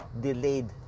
delayed